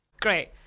great